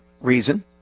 reason